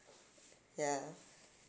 ya